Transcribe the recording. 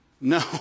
No